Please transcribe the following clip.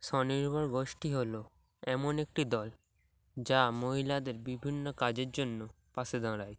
স্বনির্ভর গোষ্ঠী হলো এমন একটি দল যা মহিলাদের বিভিন্ন কাজের জন্য পাশে দাঁড়ায়